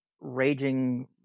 raging